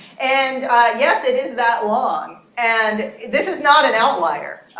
and yes it is that long. and this is not an outlier.